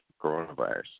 coronavirus